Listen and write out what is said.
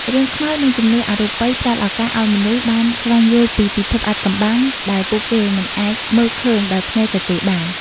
រឿងខ្មោចនិងជំនឿអរូបីផ្តល់ឱកាសឲ្យមនុស្សបានស្វែងយល់ពីពិភពអាថ៌កំបាំងដែលពួកគេមិនអាចមើលឃើញដោយភ្នែកទទេបាន។